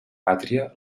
pàtria